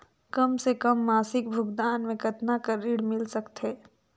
कम से कम मासिक भुगतान मे कतना कर ऋण मिल सकथे?